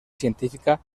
científica